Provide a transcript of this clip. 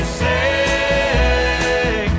say